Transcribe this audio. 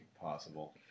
possible